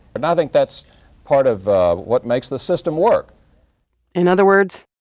and i think that's part of what makes the system work in other words,